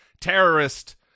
terrorist